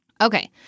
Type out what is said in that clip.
Okay